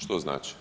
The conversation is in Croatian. Što znači?